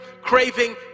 craving